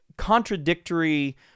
contradictory